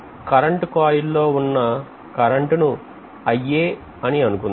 కరెంటుకోయిల్ లోవున్నా కరెంటును అని అనుకుందాం